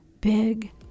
big